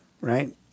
right